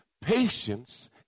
Patience